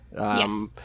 Yes